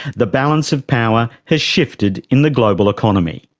the balance of power has shifted in the global economy.